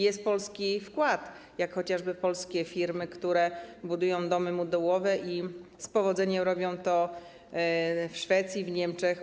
Jest polski wkład, jak np. polskie firmy, które budują domy modułowe i z powodzeniem robią to w Szwecji, w Niemczech.